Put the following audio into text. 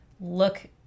look